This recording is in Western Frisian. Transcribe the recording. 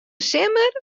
simmer